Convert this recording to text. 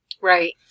right